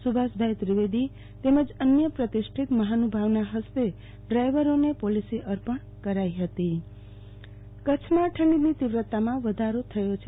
સુ ભાષભાઈ ત્રિવેદી તેમજ અન્ય પ્રતિષ્ઠિત મહાનુ ભાવના હસ્તે ડ્રાયવરોને પોલીસી અર્પણ કરાઈ હતી આરતીબેન ભદ્દ હવામાન કચ્છમાં ઠંડીની તીવ્રતામાં વધારો થયો છે